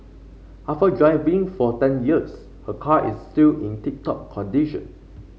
after driving for ten years her car is still in tip top condition